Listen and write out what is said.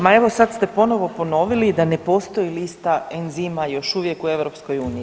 Ma evo sad ste ponovo ponovili da ne postoji lista enzima još uvijek u EU.